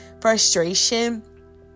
frustration